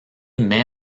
met